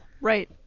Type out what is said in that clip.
Right